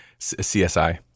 CSI